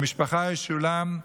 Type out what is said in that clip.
למשפחה ישולם,